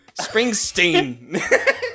Springsteen